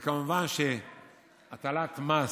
וכמובן שהטלת מס